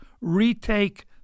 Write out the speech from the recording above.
retake